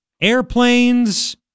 airplanes